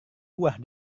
buah